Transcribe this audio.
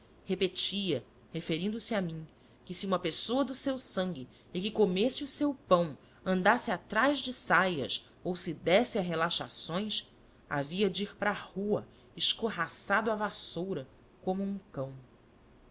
mim que se uma pessoa do seu sangue e que comesse o seu pão andasse atrás de saias ou se desse a relaxações havia de ir para a rua escorraçado a vassoura como um cão